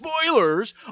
spoilers